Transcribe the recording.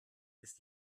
ist